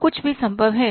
तो कुछ भी संभव है